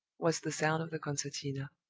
was the sound of the concertina.